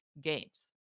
games